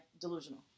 delusional